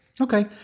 Okay